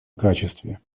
качестве